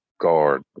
guard